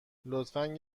لطفا